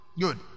Good